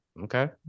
Okay